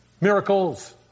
Miracles